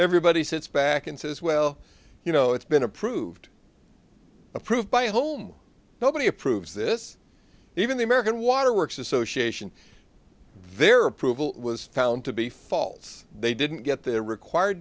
everybody sits back and says well you know it's been approved approved by whom nobody approves this even the american water works association their approval was found to be false they didn't get their required